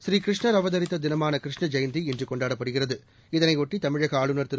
பூரீகிருஷ்ணா் அவதரித்த தினமான கிருஷ்ண ஜெயந்தி இன்று கொண்டாடப்படுகிறது இதையொட்டி தமிழக ஆளுநர் திரு